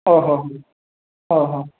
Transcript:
ଅ ହଉ ହଁ ହଁ